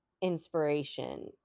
inspiration